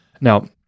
Now